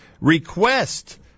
request